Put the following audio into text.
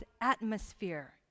atmosphere